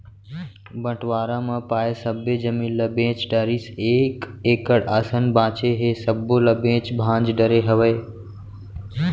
बंटवारा म पाए सब्बे जमीन ल बेच डारिस एक एकड़ असन बांचे हे सब्बो ल बेंच भांज डरे हवय